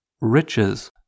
riches